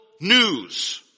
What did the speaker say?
news